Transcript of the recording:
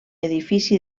edifici